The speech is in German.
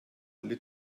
alle